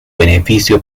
beneficio